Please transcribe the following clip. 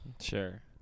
Sure